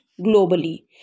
globally